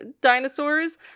dinosaurs